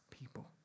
people